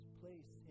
place